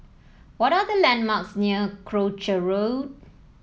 what are the landmarks near Croucher Road